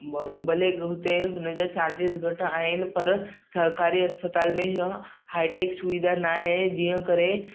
ब भले हुते हुनजा चार्जीस घटि आहिनि पर सरकारी अस्पताल में हाईटेक सुविधा न आहे जीअं करे